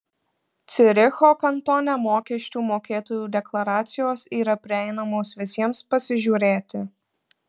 ciuricho kantone mokesčių mokėtojų deklaracijos yra prieinamos visiems pasižiūrėti